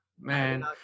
man